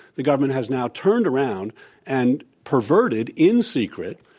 the government has now turned around and perverted, in secret,